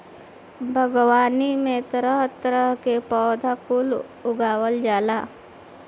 बागवानी में तरह तरह के पौधा कुल के उगावल जाला